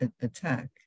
attack